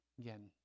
Again